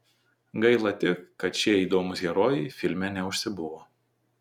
gaila tik kad šie įdomūs herojai filme neužsibuvo